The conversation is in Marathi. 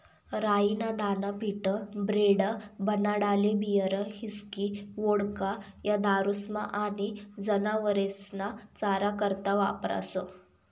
राई ना दाना पीठ, ब्रेड, बनाडाले बीयर, हिस्की, वोडका, या दारुस्मा आनी जनावरेस्ना चारा करता वापरास